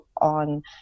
on